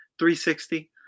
360